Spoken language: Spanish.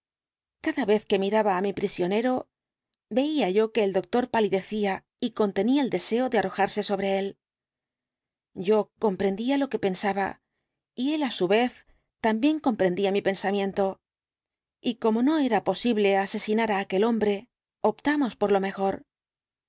cada vez que miraba á mi prisionero veía yo que el doctor palidecía y contenía el deseo de arrojarse sobre él yo comprendía lo que pensaba y él á su vez también comprendía mi pensamiento y como no era posible asesinar á aquel hombre optamos por lo mejor